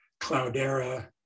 Cloudera